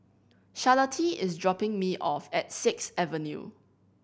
Charlottie is dropping me off at Sixth Avenue